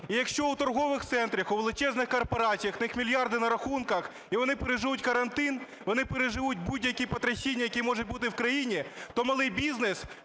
І якщо у торгових центрах, у величезних корпораціях, у них мільярди на рахунках і вони переживуть карантин, вони переживуть будь-які потрясіння, які можуть бути в країні, то малий бізнес,